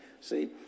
see